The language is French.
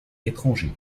étrangers